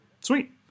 sweet